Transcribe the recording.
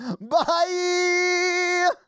Bye